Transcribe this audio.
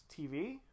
TV